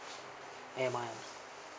air miles